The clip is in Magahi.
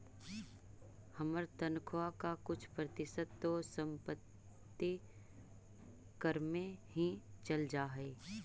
हमर तनख्वा का कुछ प्रतिशत तो संपत्ति कर में ही चल जा हई